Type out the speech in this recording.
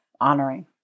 honoring